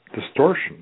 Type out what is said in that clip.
distortion